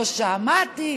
לא שמעתי,